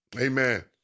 Amen